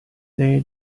day